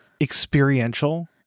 experiential